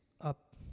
up